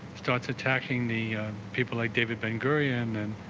starts attacking the people like david ben-gurion and